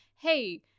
hey